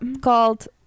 Called